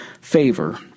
favor